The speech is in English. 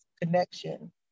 connection